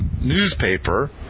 Newspaper